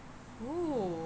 oh